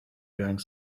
drank